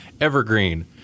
Evergreen